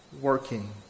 working